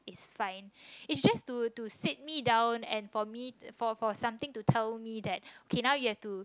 is fine is just to to sat me down and for me for for something to tell me that okay now you have to